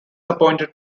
appointed